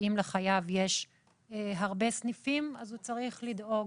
אם לחייב יש הרבה סניפים, הוא צריך לדאוג